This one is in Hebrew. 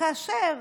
וכאשר